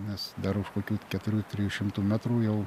nes dar už kokių keturių trijų šimtų metrų jau